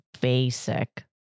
basic